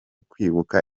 kwibuka